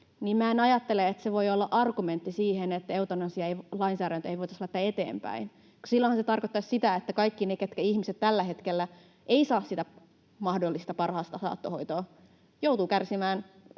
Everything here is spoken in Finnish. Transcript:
en ajattele, että se voi olla argumentti siihen, että eutanasialainsäädäntöä ei voitaisi laittaa eteenpäin. Silloinhan se tarkoittaisi sitä, että kaikki ne ihmiset, ketkä tällä hetkellä eivät saa sitä parasta mahdollista saattohoitoa, joutuvat kärsimään,